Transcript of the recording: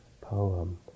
poem